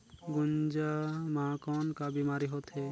गुनजा मा कौन का बीमारी होथे?